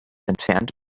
entfernt